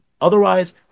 Otherwise